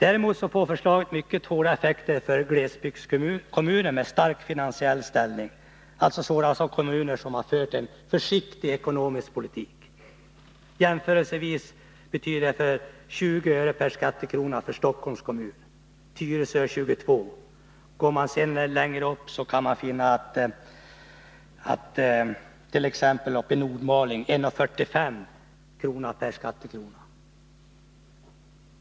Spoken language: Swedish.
Däremot får förslaget mycket hårda effekter för glesbygdskommuner med stark finansiell ställning, alltså sådana kommuner som har fört en försiktig ekonomisk politik. Jag kan som en jämförelse nämna att det för Stockholms kommun innebär ungefär 20 öre per skattekrona och för Tyresö 22. Går man sedan längre upp, finner man att det t.ex. i Nordmaling blir 1,45 per skattekrona.